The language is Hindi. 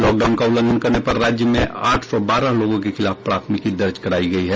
लॉकडाउन का उल्लंघन करने पर राज्य में आठ सौ बारह लोगों के खिलाफ प्राथमिकी दर्ज कराई गई है